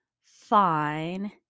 fine